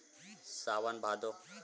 सावन भादो